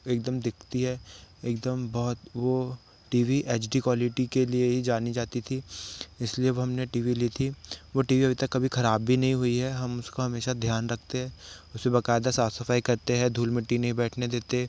एकदम दिखती है एकदम बहुत वो टी वी हदी क्वालिटी के लिए ही जानी जाती थी इसलिए वो हमने टी वी ली थी वो टी वी अभी तक कभी खराब भी नहीं हुई है हम उसका हमेशा ध्यान रखते हैं उसे वकायदा साफ सफाई करते हैं धूल मिट्टी नहीं बैठने देते